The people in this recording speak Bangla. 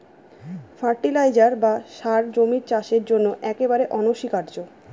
ফার্টিলাইজার বা সার জমির চাষের জন্য একেবারে অনস্বীকার্য